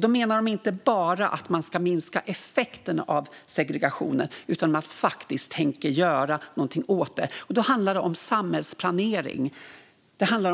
Då menar de inte bara att man ska minska effekten av segregationen utan att man faktiskt tänker göra någonting åt det. Det handlar om samhällsplanering